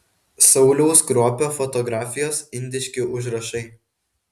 sauliaus kruopio fotografijos indiški užrašai